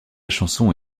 chanson